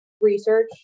research